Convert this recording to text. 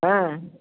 হ্যাঁ